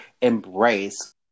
embrace